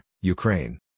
Ukraine